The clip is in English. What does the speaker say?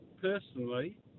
personally